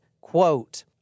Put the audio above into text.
quote